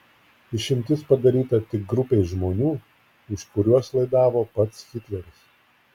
išimtis padaryta tik grupei žmonių už kuriuos laidavo pats hitleris